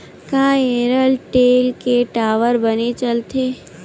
का एयरटेल के टावर बने चलथे?